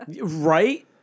Right